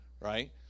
right